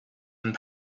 and